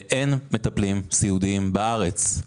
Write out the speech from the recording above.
ואין מטפלים סיעודיים בארץ.